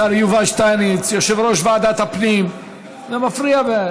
השר יובל שטייניץ, יושב-ראש ועדת הפנים, זה מפריע.